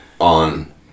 On